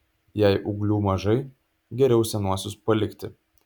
jei ūglių mažai geriau senuosius palikti